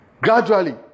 gradually